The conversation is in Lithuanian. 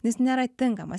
jis nėra tinkamas